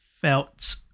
felt